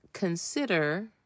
consider